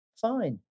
fine